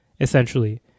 essentially